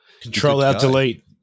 Control-out-delete